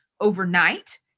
overnight